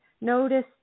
notice